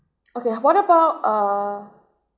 okay what about err